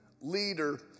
leader